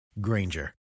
Granger